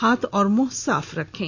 हाथ और मुंह साफ रखें